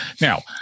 Now